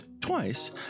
twice